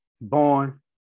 born